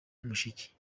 mushiki